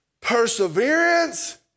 perseverance